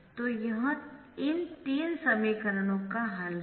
तो यह इन तीन समीकरणों का हल है